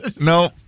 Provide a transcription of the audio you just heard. No